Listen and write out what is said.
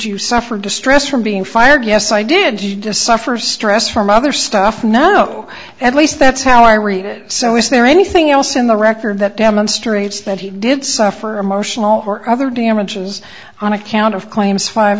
you suffer distress from being fired yes i did just suffer stress from other stuff no at least that's how i read it so is there anything else in the record that demonstrates that he did suffer emotional or other damages on account of claims five